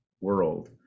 world